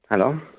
Hello